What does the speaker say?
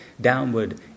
downward